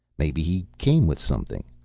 maybe he came with something.